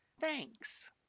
Thanks